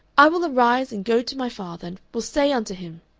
i will arise and go to my father, and will say unto him